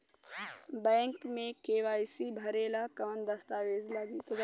Bank मे KYC भरेला कवन दस्ता वेज लागी?